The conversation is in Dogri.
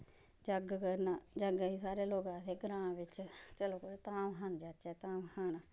जग करना जग्गै च सारे लोग आखदे ग्रांऽ बिच्च चलो ते धाम खान जाच्चै धाम खान